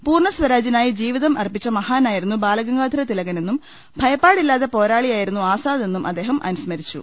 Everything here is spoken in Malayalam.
പൂർണ്ണ സ്വരാജിനായി ജീവിതം അർപ്പിച്ച മഹാനായിരുന്നു ബാലഗം ഗാധരതിലകനെന്നും ഭയപ്പാടില്ലാത്ത പോരാളിയായിരുന്നു ആസാ ദെന്നും അദ്ദേഹം അനുസ്മരിച്ചു